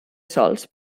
sols